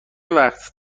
وقت